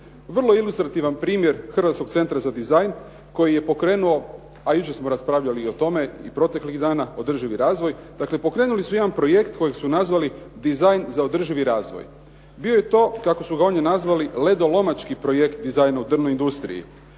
Vrlo ilustrativan primjer Hrvatskog centra za dizajn, koji je pokrenuo, a jučer smo raspravljali i o tome i proteklih dana, održivi razvoj, dakle, pokrenuli su jedan projekt kojeg su nazvali dizajn za održivi razvoj. Bio je to kako su ga ondje nazvali ledolomački projekt dizajna u drvnoj industriji.